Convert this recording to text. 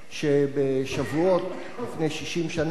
שבשבועות לפני 50 שנה,